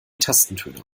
tastentöne